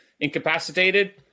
incapacitated